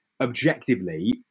objectively